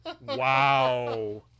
Wow